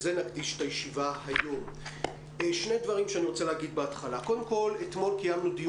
שני דברים שאני רוצה להגיד בהתחלה קודם כל אתמול קיימנו דיון